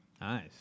nice